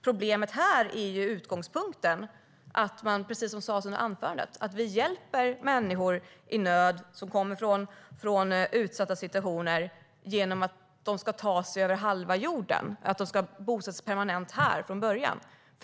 Problemet här är utgångspunkten att vi, precis som sas i anförandet, hjälper människor i nöd som kommer från utsatta situationer genom att de ska ta sig över halva jorden och bosätta sig permanent här från början.